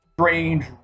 strange